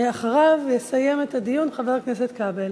אחריו יסיים את הדיון חבר הכנסת כבל